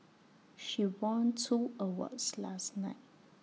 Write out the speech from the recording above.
she won two awards last night